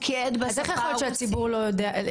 אז איך יכול להיות שהציבור שזקוק לא יודע מזה?